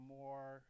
more